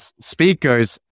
speakers